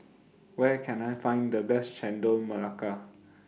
Where Can I Find The Best Chendol Melaka